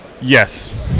yes